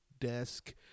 Desk